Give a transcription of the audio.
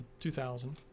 2000